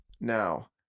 Now